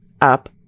up